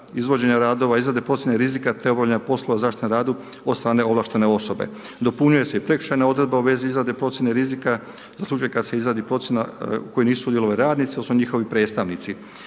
izvođenja radova, izrade procjene rizika te obavljanje poslova zaštite rada od strane ovlaštene osobe. Dopunjuje se i prekršajna odredba u vezi izrade procjene rizika za slučaj kad se izradi procjena u kojoj nisu sudjelovali radnici, odnosno njihovi predstavnici.